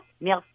Merci